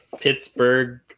Pittsburgh